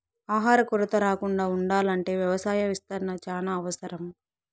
ఆహార కొరత రాకుండా ఉండాల్ల అంటే వ్యవసాయ విస్తరణ చానా అవసరం